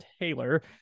Taylor